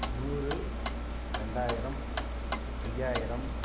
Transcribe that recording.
நூறு ரெண்டாயிரம் ஐயாயிரம்